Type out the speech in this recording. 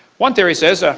one theory says, ah